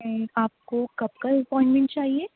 آپ کو کب کا اپوائنمنٹ چاہیے